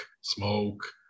smoke